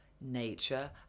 nature